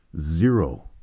zero